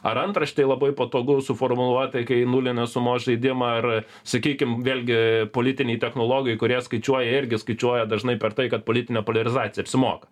ar antraštei labai patogu suformuluotai kai nulinės sumos žaidimą ar sakykim vėlgi politiniai technologai kurie skaičiuoja jie irgi skaičiuoja dažnai per tai kad politinė poliarizacija apsimoka